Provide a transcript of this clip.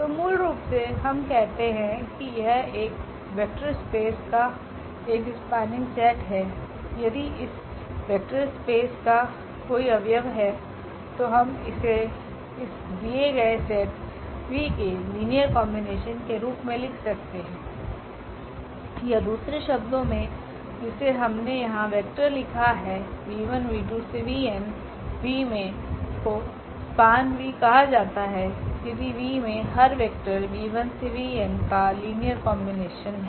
तो मूल रूप से हम कहते हैं कि यह एक वेक्टर स्पेस का एक स्पनिंग सेट है यदि इस वेक्टर स्पेस का कोई अव्यव है तो हम इसे इस दिए गए सेट V के लीनियर कॉम्बिनेशन के रूप में लिख सकते हैं या दूसरे शब्दों में जिसे हमने यहाँ वेक्टर लिखा है𝑣12𝑣𝑛 𝑉 मे को स्पान V कहा जाता है यदि V में हर 𝑣 वैक्टर 𝑣1 𝑣2 𝑣𝑛 का लीनियर कॉम्बिनेशन है